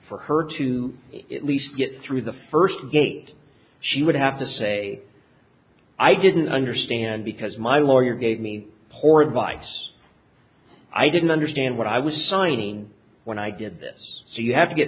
for her to least get through the first gate she would have to say i didn't understand because my lawyer gave me poor advice i didn't understand what i was signing when i did this so you have to get